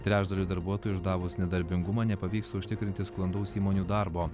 trečdaliui darbuotojų išdavus nedarbingumą nepavyks užtikrinti sklandaus įmonių darbo